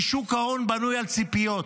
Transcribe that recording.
כי שוק ההון בנוי על ציפיות.